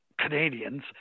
Canadians